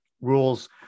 rules